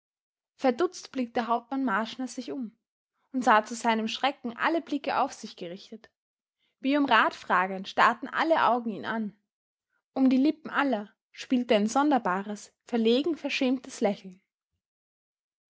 verdutzt blickte hauptmann marschner sich um und sah zu seinem schrecken alle blicke auf sich gerichtet wie um rat fragend starrten alle augen ihn an um die lippen aller spielte ein sonderbares verlegen verschämtes lächeln